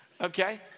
Okay